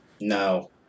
No